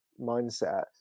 mindset